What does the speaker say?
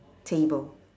table